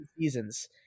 seasons